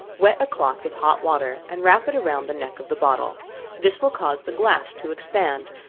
wet a cloth with hot water and wrap it round the neck of the bottle this will cause the glass to expand,